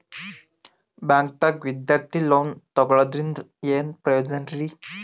ಬ್ಯಾಂಕ್ದಾಗ ವಿದ್ಯಾರ್ಥಿ ಲೋನ್ ತೊಗೊಳದ್ರಿಂದ ಏನ್ ಪ್ರಯೋಜನ ರಿ?